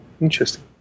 interesting